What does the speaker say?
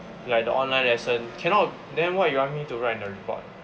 ya the online lesson cannot then what you want me to write in the report